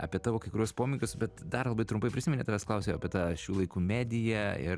apie tavo kai kuriuos pomėgius bet dar labai trumpai prisimeni tavęs klausiau apie tą šių laikų mediją ir